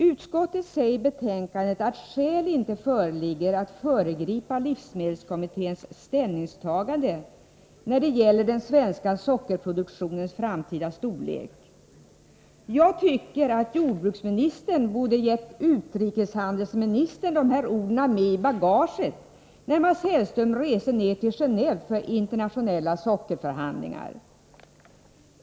Utskottet säger i betänkandet att skäl inte föreligger att föregripa livsmedelskommitténs ställningstagande när det gäller den svenska sockerproduktionens framtida storlek. Jag tycker att jordbruksministern borde ha gett utrikeshandelsministern dessa ord med i bagaget, när Mats Hellström reste ned till Geneve för internationella sockerförhandlingar.